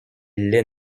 les